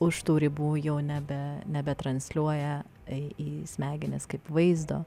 už tų ribų jau nebe nebetransliuoja į į smegenis kaip vaizdo